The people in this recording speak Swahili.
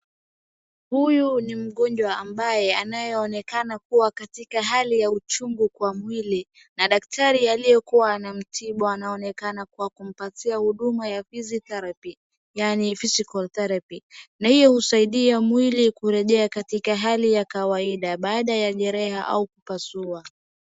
Huyu ni mgonjwa ambaye anayeonekana kuwa katika hali ya uchungu kwa mwili na daktari aliyekuwa anamtibu anaonekana kuwa kumpatia huduma ya fizi theraphi yaani physical therapy , na hiyo husaidia mwili kurejea katika hali ya kawaida baada ya jeraha au kupasua.